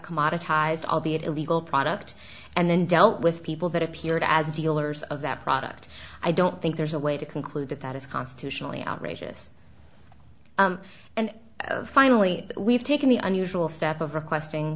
commodity ised albeit a legal product and then dealt with people that appeared as dealers of that product i don't think there's a way to conclude that that is constitutionally outrageous and finally we've taken the unusual step of requesting